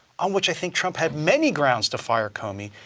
on which i think trump had many grounds to fire comey,